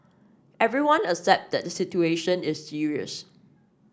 everyone accept that the situation is serious